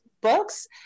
books